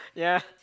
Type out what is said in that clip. yeah